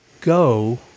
Go